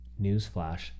newsflash